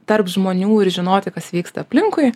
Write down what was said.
tarp žmonių ir žinoti kas vyksta aplinkui